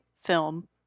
film